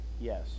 Yes